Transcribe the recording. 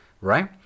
right